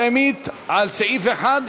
שמית על סעיף 1,